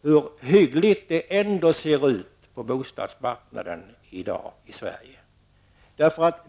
hur hyggligt det ändå ser ut på bostadsmarknaden i Sverige i dag.